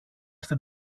στην